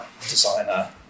designer